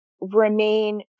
remain